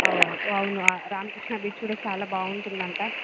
అవును రామకృష్ణ బీచ్ కూడా చాలా బాగుంటుందంట